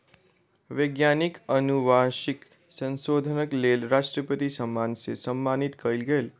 वैज्ञानिक अनुवांशिक संशोधनक लेल राष्ट्रपति सम्मान सॅ सम्मानित कयल गेल